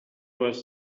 was